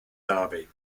derby